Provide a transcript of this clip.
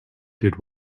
did